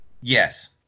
Yes